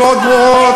לעשות.